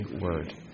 word